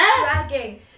dragging